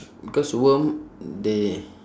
because worm they